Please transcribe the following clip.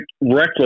reckless